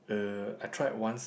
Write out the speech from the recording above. uh I tried once